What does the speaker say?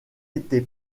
été